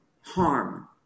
harm